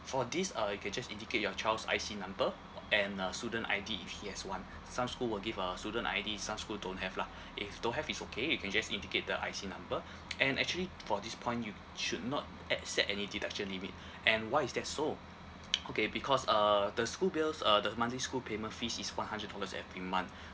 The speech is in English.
for this uh you can just indicate your child's I_C number and uh student I_D if he has one some school will give a student I_D some school don't have lah if don't have it's okay you can just indicate the I_C number and actually for this point you should not add set any deduction limit and why is that so okay because uh the school bills uh the monthly school payment fees is one hundred dollars every month